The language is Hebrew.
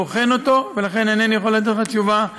בוחן אותו, ולכן אינני יכול לתת לך תשובה עניינית.